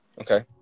okay